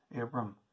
Abram